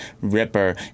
Ripper